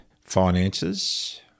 finances